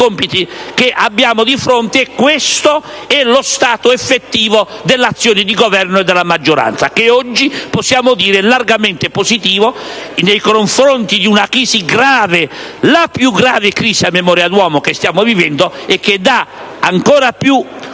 compiti che abbiamo di fronte e questo è lo stato effettivo dell'azione di governo e della maggioranza, che oggi possiamo definire largamente positivo nei confronti di una crisi grave, la più grave che stiamo vivendo a memoria d'uomo, e che dà ancora più